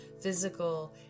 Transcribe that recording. physical